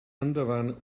endavant